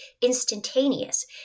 Instantaneous